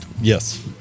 yes